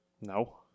No